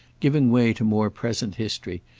giving way to more present history,